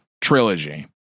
trilogy